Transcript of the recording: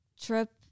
trip